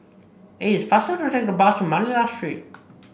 it is faster to take the bus to Manila Street